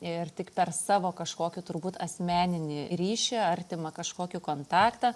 ir tik per savo kažkokį turbūt asmeninį ryšį artimą kažkokį kontaktą